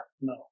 No